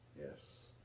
Yes